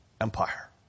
Empire